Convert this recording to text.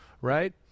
Right